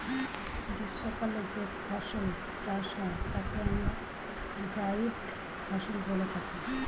গ্রীষ্মকালে যে ফসল চাষ হয় তাকে আমরা জায়িদ ফসল বলে থাকি